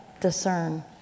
discern